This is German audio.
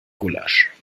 gulasch